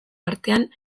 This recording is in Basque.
artean